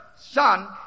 son